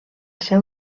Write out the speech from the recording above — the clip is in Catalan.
seu